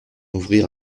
ouvrir